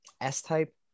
S-Type